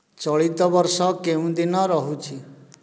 ଚଳିତ ବର୍ଷ କେଉଁ ଦିନ ରହୁଛି